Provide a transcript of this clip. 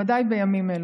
בוודאי בימים אלו.